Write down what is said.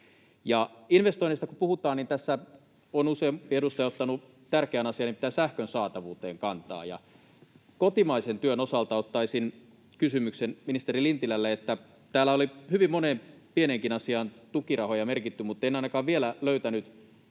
Kun investoinneista puhutaan, niin tässä on useampi edustaja ottanut kantaa tärkeään asiaan, nimittäin sähkön saatavuuteen. Kotimaisen työn osalta ottaisin kysymyksen ministeri Lintilälle: Täällä oli hyvin moneen pieneenkin asiaan tukirahoja merkitty, mutta en ainakaan vielä löytänyt